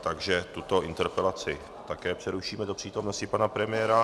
Takže tuto interpelaci také přerušíme do přítomnosti pana premiéra.